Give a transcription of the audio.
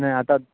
नाही आता